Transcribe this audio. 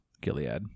Gilead